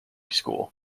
school